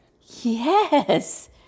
yes